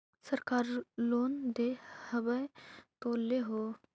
सरकार लोन दे हबै तो ले हो?